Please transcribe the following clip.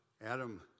Adam